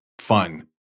fun